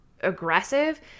aggressive